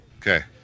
Okay